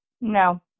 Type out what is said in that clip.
no